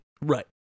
Right